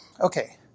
Okay